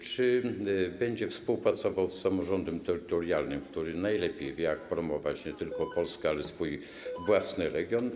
Czy będzie współpracował z samorządem terytorialnym, który najlepiej wie, jak promować nie tylko Polskę, ale swój własny region?